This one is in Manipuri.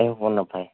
ꯑꯌꯣꯛꯄꯅ ꯐꯩ